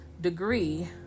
degree